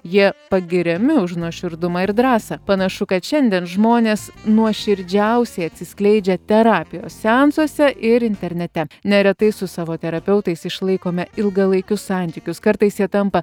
jie pagiriami už nuoširdumą ir drąsą panašu kad šiandien žmonės nuoširdžiausiai atsiskleidžia terapijos seansuose ir internete neretai su savo terapeutais išlaikome ilgalaikius santykius kartais jie tampa